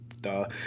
duh